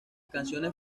canciones